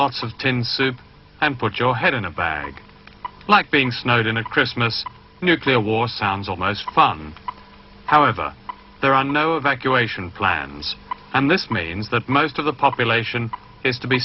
lots of tin soup and put your head in a bag like being snowed in a christmas nuclear war sounds almost fun however there are no evacuation plans and this means that most of the population is to be